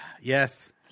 Yes